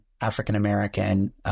African-American